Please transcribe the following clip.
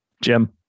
Jim